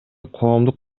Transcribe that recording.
коомдук